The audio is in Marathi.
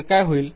तर काय होईल